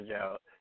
out